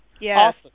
Yes